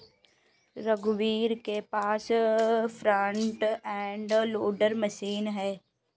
रघुवीर के पास फ्रंट एंड लोडर मशीन है